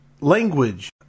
language